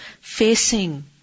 Facing